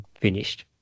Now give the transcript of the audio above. finished